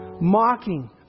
mocking